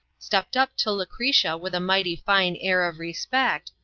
stepped up to lucretia with a mighty fine air of respect,